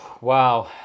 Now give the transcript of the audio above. Wow